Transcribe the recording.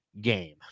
game